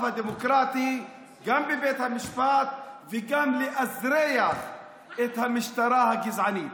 הדמוקרטי גם בבית המשפט וגם לאזרח את המשטרה הגזענית,